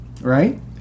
Right